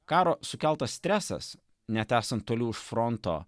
karo sukeltas stresas net esant toliau fronto